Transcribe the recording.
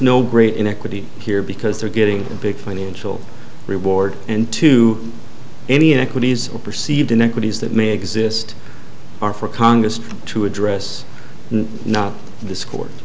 no great inequity here because they're getting a big financial reward and to any inequities or perceived inequities that may exist are for congress to address not